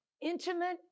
intimate